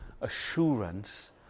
assurance